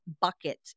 bucket